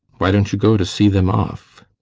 why don't you go to see them off?